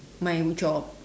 my job